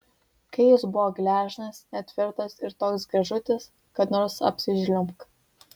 kai jis buvo gležnas netvirtas ir toks gražutis kad nors apsižliumbk